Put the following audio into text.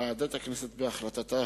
ועדת הכנסת, בהחלטתה